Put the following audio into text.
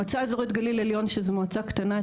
מועצה אזורית גליל עליון שזו מועצה קטנה,